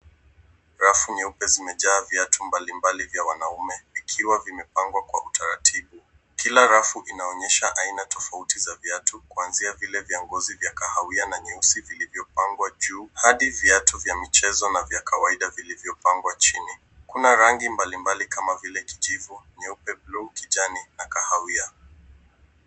Rafu nyeupe zimejaa viatu mbalimbali vya wanaume vikiwa vimepangwa kwa utaratibu. Kila rafu inaonyesha aina tofauti za viatu kuanzia vile vya ngozi, vya kahawia na nyeusi vilivyopangwa juu hadi viatu vya michezo na vya kawaida vilivyopangwa chini. Kuna rangi mbalimbali kama vile kijivu, nyeupe, buluu, kijani na kahawia.